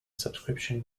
subscription